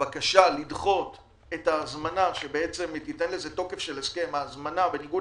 הבקשה לדחות את ההזמנה שבעצם תיתן לזה תוקף של הסכם - ההזמנה בניגוד